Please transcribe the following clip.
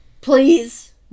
Please